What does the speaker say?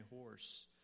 horse